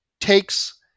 takes